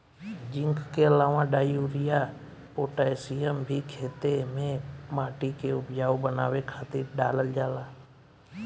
zinc के अलावा डाई, यूरिया, पोटैशियम भी खेते में माटी के उपजाऊ बनावे खातिर डालल जाला